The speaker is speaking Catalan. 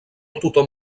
tothom